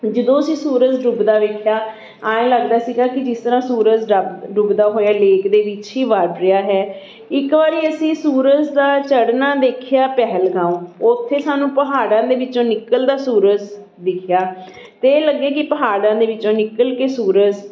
ਜਦੋਂ ਅਸੀਂ ਸੂਰਜ ਡੁੱਬਦਾ ਵੇਖਿਆ ਐਂ ਲੱਗਦਾ ਸੀਗਾ ਕਿ ਜਿਸ ਤਰ੍ਹਾਂ ਸੂਰਜ ਡੱਬ ਡੁੱਬਦਾ ਹੋਇਆ ਲੇਕ ਦੇ ਵਿੱਚ ਹੀ ਵੜ ਰਿਹਾ ਹੈ ਇੱਕ ਵਾਰੀ ਅਸੀਂ ਸੂਰਜ ਦਾ ਚੜ੍ਹਨਾ ਦੇਖਿਆ ਪਹਿਲਗਾਉਂ ਉੱਥੇ ਸਾਨੂੰ ਪਹਾੜਾਂ ਦੇ ਵਿੱਚੋਂ ਨਿਕਲਦਾ ਸੂਰਜ ਦਿਖਿਆ ਅਤੇ ਇਹ ਲੱਗੇ ਕਿ ਪਹਾੜਾਂ ਦੇ ਵਿੱਚੋਂ ਨਿਕਲ ਕੇ ਸੂਰਜ